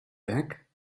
back